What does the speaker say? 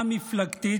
א-מפלגתית,